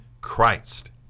Christ